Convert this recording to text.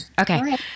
Okay